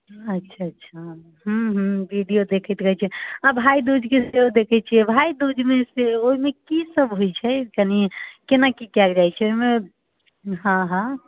अच्छा अच्छा हूँ हूँ वीडियो देखैत रहैत छी आ भाइदूजके सेहो देखैत छियै भाइदूजमे से ओहिमे की सभ होइत छै कनि केना की कयल जाइत छै ओहिमे हँ